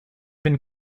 been